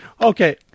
Okay